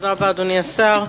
תודה רבה, אדוני השר.